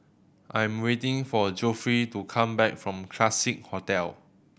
I am waiting for Geoffrey to come back from Classique Hotel